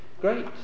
great